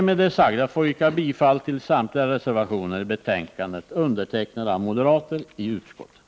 Med det sagda yrkar jag bifall till samtliga reservationer i betänkandet som är undertecknade av moderater i utskottet.